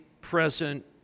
present